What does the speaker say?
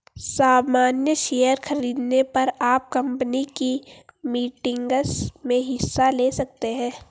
सामन्य शेयर खरीदने पर आप कम्पनी की मीटिंग्स में हिस्सा ले सकते हैं